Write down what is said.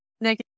Nick